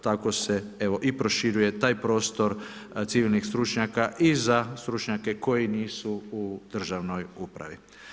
Tako se evo i proširuje taj prostor civilnih stručnjaka i za stručnjake koji nisu u državnoj upravi.